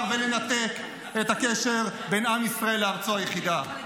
ולנתק את הקשר בין עם ישראל לארצו היחידה.